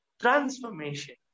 transformation